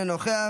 אינו נוכח,